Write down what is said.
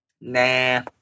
Nah